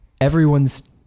Everyone's